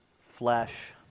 flesh